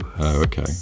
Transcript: okay